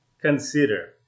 consider